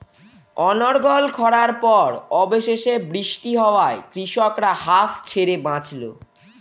অনর্গল খড়ার পর অবশেষে বৃষ্টি হওয়ায় কৃষকরা হাঁফ ছেড়ে বাঁচল